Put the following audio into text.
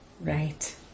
Right